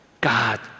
God